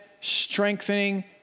strengthening